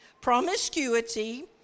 promiscuity